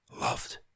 loved